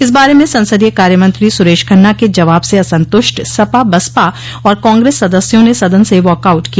इस बारे में संसदीय कार्य मंत्री सुरेश खन्ना के जवाब से असंतुष्ट सपा बसपा और कांग्रेस सदस्यों ने सदन से वाक आउट किया